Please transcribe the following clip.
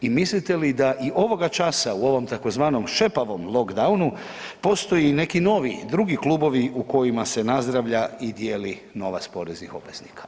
I mislite li da i ovoga časa u ovom tzv. Šepavom lockdownu postoji neki novi drugi klubovi u kojima se nazdravlja i dijeli novac poreznih obvenika?